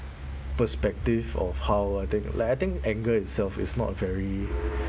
perspective of how I think like I think anger itself is not a very